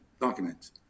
documents